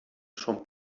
són